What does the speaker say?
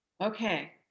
Okay